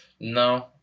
No